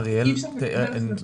אי אפשר לקבל החלטות